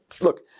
Look